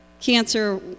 cancer